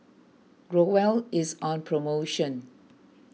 Growell is on promotion